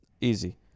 easy